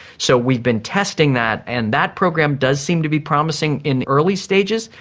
so we've been testing that, and that program does seem to be promising in early stages.